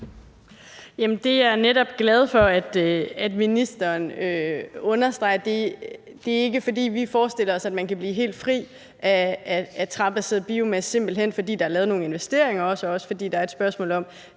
Det er jeg netop glad for at ministeren understreger. Det er ikke, fordi vi forestiller os, at man kan blive helt fri af træbaseret biomasse, simpelt hen fordi der er lavet nogle investeringer, og fordi det er et spørgsmål om,